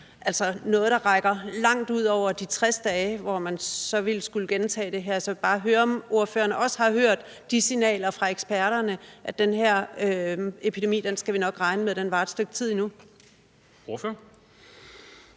altså noget, der rækker langt ud over de 60 dage, hvor man så ville skulle gentage det her. Så jeg vil egentlig bare for en god ordens skyld høre, om ordføreren også har hørt de signaler fra eksperterne om, at den her epidemi skal vi nok regne med varer et stykke tid endnu. Kl.